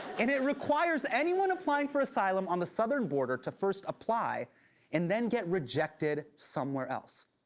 and it requires anyone applying for asylum on the southern border to first apply and then get rejected somewhere else.